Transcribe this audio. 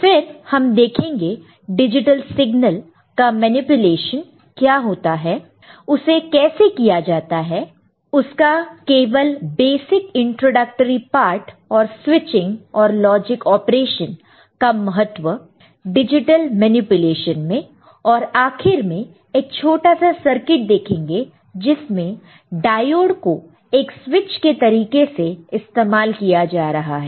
फिर हम देखेंगे डिजिटल सिग्नल का मैनिपुलेशन क्या होता है उसे कैसे किया जाता है उसका केवल बेसिक इंट्रोडक्टरी पार्ट और स्विचिंग और लॉजिक ऑपरेशन का महत्व डिजिटल मैनिपुलेशन में और आखिर में एक छोटा सा सर्किट देखेंगे जिसमें डायोड को एक स्विच के तरीके से इस्तेमाल किया जा रहा है